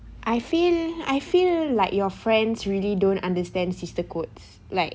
I feel I feel like your friends really don't understand sister codes like